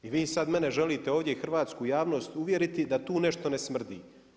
I vi sad mene želite ovdje i hrvatsku javnost uvjeriti da tu nešto ne smrdi.